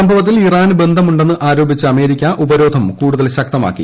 സംഭവത്തിൽ ഇറാന് ബന്ധമുണ്ടെന്ന് ആരോപിച്ച അമേരിക്ക ഉപരോധം കൂടുതൽ ശക്തമാക്കി